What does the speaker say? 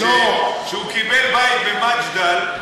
אמרו את זה גם לסבא שלי כשהוא קיבל בית במג'דל,